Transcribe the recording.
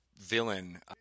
villain